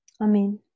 Amen